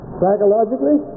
psychologically